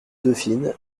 dauphine